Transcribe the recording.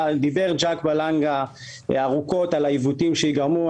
דיבר ז'ק בלנגה ארוכות על העיוותים שייגרמו,